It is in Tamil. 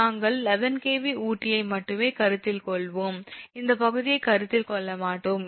நாங்கள் 11 𝑘𝑉 ஊட்டியை மட்டுமே கருத்தில் கொள்வோம் இந்த பகுதியை கருத்தில் கொள்ள மாட்டோம்